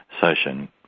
session